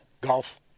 golf